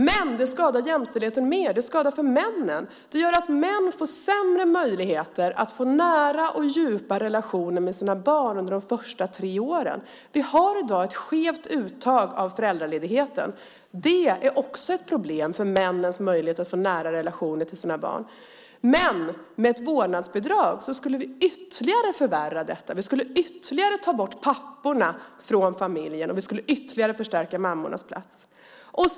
Men det skadar jämställdheten mer. Det skadar för männen. Män får sämre möjligheter att få nära och djupa relationer med sina barn under de fösta tre åren. Vi har i dag ett skevt uttag av föräldraledigheten. Det är också ett problem för männens möjligheter att få nära relationer till sina barn. Men med ett vårdnadsbidrag skulle vi ytterligare förvärra detta. Vi skulle ytterligare ta bort papporna från familjen och ytterligare förstärka mammornas plats.